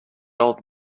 old